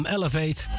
Elevate